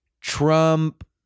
Trump